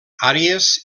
àries